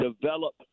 develop